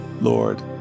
Lord